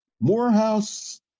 Morehouse